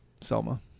Selma